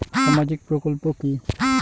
সামাজিক প্রকল্প কি?